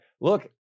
look